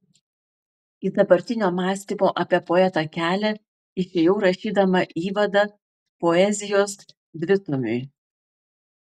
į dabartinio mąstymo apie poetą kelią išėjau rašydama įvadą poezijos dvitomiui